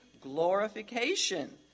glorification